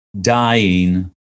dying